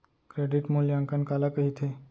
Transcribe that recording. Credit मूल्यांकन काला कहिथे?